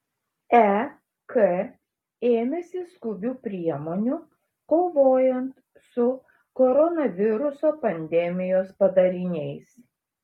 ek ėmėsi skubių priemonių kovojant su koronaviruso pandemijos padariniais